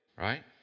Right